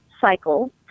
Cycle